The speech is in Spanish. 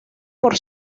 por